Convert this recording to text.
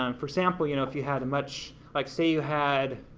um for example, you know, if you had a much, like say you had,